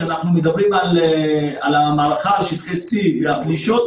שבהן אנחנו מדברים על המערכה על שטחי C ועל פלישות